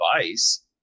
advice